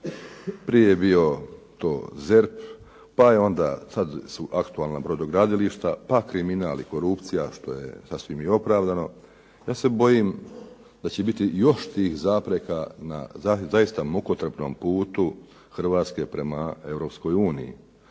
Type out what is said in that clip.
prije je bio ZERP, pa su sada aktualna brodogradilišta, pa kriminal i korupcija što je sasvim opravdano. Ja se bojim da će biti još tih zapreka na zaista mukotrpnom putu Hrvatske prema